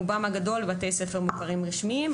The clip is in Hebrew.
רובם הגדול בבתי ספר מוכרים רשמית,